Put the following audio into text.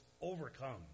overcome